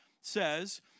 says